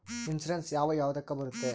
Insurance ಯಾವ ಯಾವುದಕ್ಕ ಬರುತ್ತೆ?